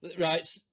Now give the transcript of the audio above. Right